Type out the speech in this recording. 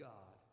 God